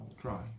try